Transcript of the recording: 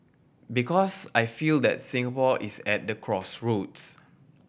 because I feel that Singapore is at the crossroads